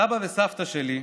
סבא וסבתא שלי,